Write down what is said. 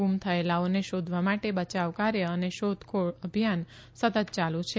ગુમ થયેલાઓને શોધવા માટે બયાવકાર્ય અને શોધખોળ અભિયાન સતત યાલુ છે